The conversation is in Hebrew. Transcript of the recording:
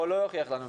או לא יוכיח לנו,